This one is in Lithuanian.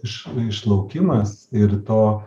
iš išlaukimas ir to